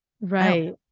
right